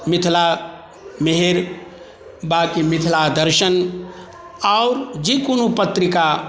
मिथिला मिहिर बाँकी मिथिला दर्शन आओर जे कोनो पत्रिका